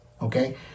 Okay